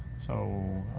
so,